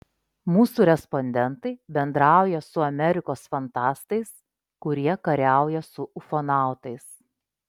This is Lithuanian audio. mūsų respondentai bendrauja su amerikos fantastais kurie kariauja su ufonautais